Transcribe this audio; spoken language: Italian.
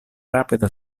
rapida